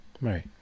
Right